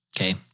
Okay